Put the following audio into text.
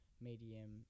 medium